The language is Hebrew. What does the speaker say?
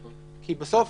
כי בסוף